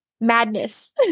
madness